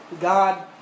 God